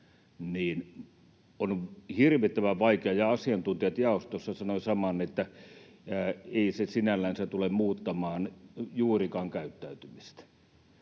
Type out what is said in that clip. on hirvittävän vaikea, ja asiantuntijat jaostossa sanoivat saman, että ei se sinällänsä tule muuttamaan juurikaan käyttäytymistä.